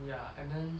ya and then